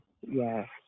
Yes